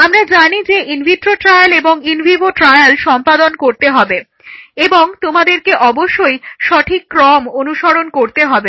আমরা জানি যে ইনভিট্রো ট্রায়াল এবং ইনভিভো ট্রায়াল সম্পাদন করতে হবে এবং তোমাদেরকে অবশ্যই সঠিক ক্রম অনুসরণ করতে হবে